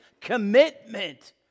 commitment